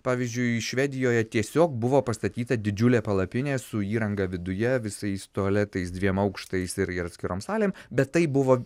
pavyzdžiui švedijoje tiesiog buvo pastatyta didžiulė palapinė su įranga viduje visais tualetais dviem aukštais ir atskirom salėm bet tai buvo